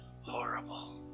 horrible